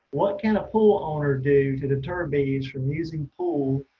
what can a pool owner do to deter bees from using pool,